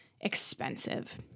expensive